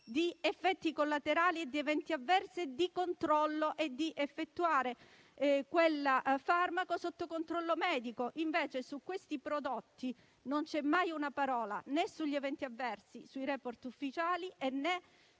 di effetti collaterali, di eventi avversi, di controllo medico e di assunzione di quel farmaco sotto controllo medico. Invece, su questi prodotti non c'è mai una parola né sugli eventi avversi, né su nessun *report* ufficiale,